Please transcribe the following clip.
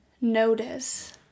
notice